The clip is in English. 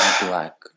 black